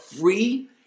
free